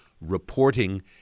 reporting